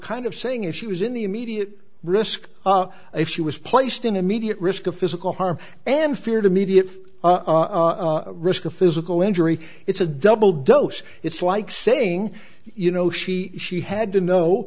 kind of saying if she was in the immediate risk if she was placed in immediate risk of physical harm and feared immediate risk of physical injury it's a double dose it's like saying you know she she had to know